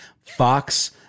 fox